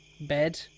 bed